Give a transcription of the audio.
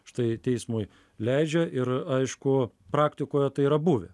štai teismui leidžia ir aišku praktikoje tai yra buvę